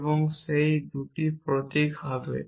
এবং সেই 2টি প্রতীক হবে